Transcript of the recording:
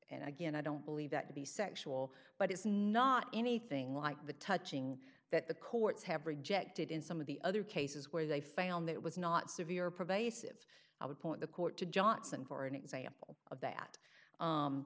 and again i don't believe that to be sexual but it's not anything like the touching that the courts have rejected in some of the other cases where they found that it was not severe provide a sieve i would point the court to johnson for an example of that